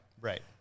Right